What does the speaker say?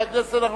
תודה.